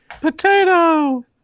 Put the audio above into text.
Potato